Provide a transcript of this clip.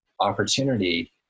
opportunity